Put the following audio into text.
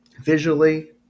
visually